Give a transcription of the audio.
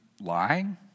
lying